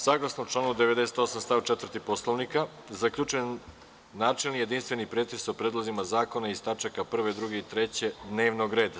Saglasno članu 98. stav 4. Poslovnika, zaključujem načelni jedinstveni pretres o predlozima zakona iz tačaka 1, 2. i 3. dnevnog reda.